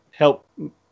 Help